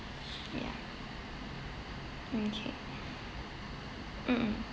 ya okay mm